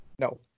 No